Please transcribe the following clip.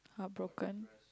heartbroken